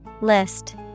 List